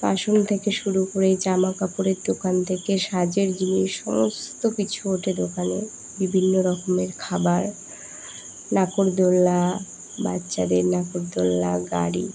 বাসন থেকে শুরু করে জামা কাপড়ের দোকান থেকে সাজের জিনিস সমস্ত কিছু ওঠে দোকানে বিভিন্ন রকমের খাবার নাকড়দোল্লা বাচ্চাদের নাগডএদোল্লা গাড়ি